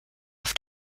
auf